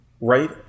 Right